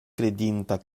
kredinta